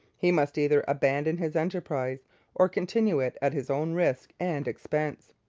he must either abandon his enterprise or continue it at his own risk and expense.